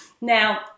now